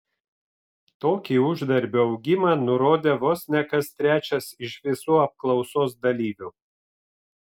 tokį uždarbio augimą nurodė vos ne kas trečias iš visų apklausos dalyvių